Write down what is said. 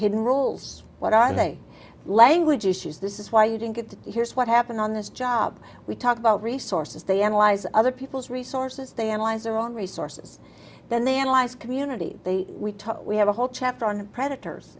hidden roles what i say language issues this is why you don't get to here's what happened on this job we talk about resources they analyze other people's resources they analyze their own resources then they analyze community they we took we have a whole chapter on predators